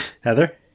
Heather